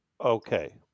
okay